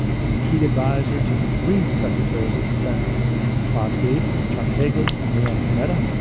as a key advisor to three secretaries of defense bob gates, chuck hagel, and leon panetta,